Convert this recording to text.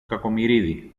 κακομοιρίδη